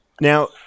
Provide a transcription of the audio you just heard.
now